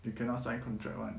you cannot sign contract [one]